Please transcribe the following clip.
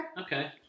Okay